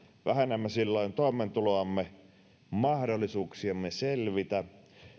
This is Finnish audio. vähennämme silloin toimeentuloamme mahdollisuuksiamme selvitä